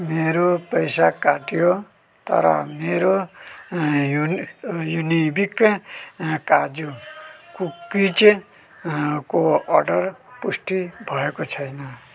मेरो पैसा काटियो तर मेरो अँ युनिबिक अँ काजु कुकिजको अर्डर पुष्टि भएको छैन